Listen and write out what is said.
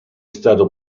stato